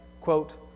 quote